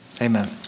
Amen